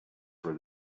for